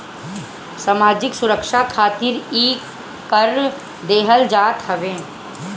सामाजिक सुरक्षा खातिर इ कर देहल जात हवे